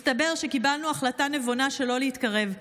מסתבר שקיבלנו החלטה נבונה שלא להתקרב,